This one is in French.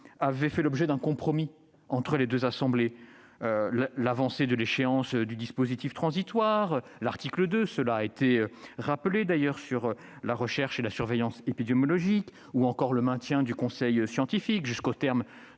avaient fait l'objet d'un compromis entre les deux assemblées : l'avancée de l'échéance du dispositif transitoire, l'article 2, relatif à la recherche et à la surveillance épidémiologique, ou encore le maintien du Conseil scientifique jusqu'au terme